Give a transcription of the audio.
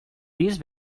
these